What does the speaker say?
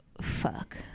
fuck